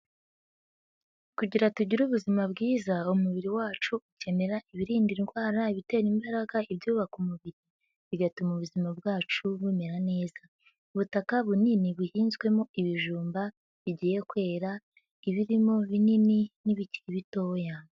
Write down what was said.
Kugira tugire ubuzima bwiza, umubiri wacu ukenera ibirinda indwara, ibitera imbaraga, ibyubaka umubiri, bigatuma ubuzima bwacu bumera neza. Ubutaka bunini bihinzwemo ibijumba bigiye kwera, ibirimo binini n'ibikiri bitoya.